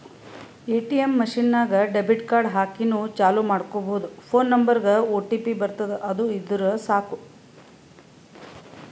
ATM machine ನಾಗ್ debit card ಹಾಕಿನೂ ಚಾಲೂ ಮಾಡ್ಕೊಬೋದು ಫೋನ್ ನಂಬರ್ಗ್ ಒಟಿಪಿ ಬರ್ತುದ್ ಅದು ಇದ್ದುರ್ ಸಾಕು